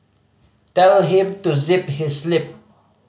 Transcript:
tell him to zip his lip